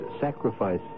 sacrifice